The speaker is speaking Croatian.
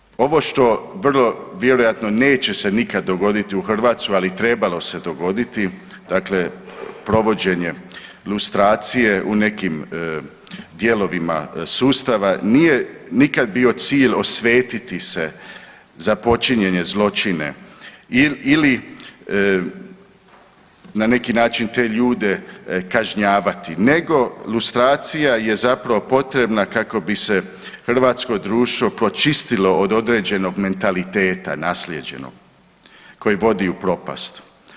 Dakle da ponovim, ovo što vrlo vjerojatno neće se nikad dogoditi u Hrvatskoj, ali trebalo se dogoditi, dakle provođenje lustracije u nekim dijelovima sustava nije nikad bio cilj osvetiti se za počinjene zločine ili na neki način te ljude kažnjavati nego lustracija je zapravo potrebna kako bi se hrvatsko društvo pročistilo od određenog mentaliteta naslijeđenog koji vodi u propast.